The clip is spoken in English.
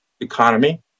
economy